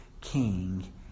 King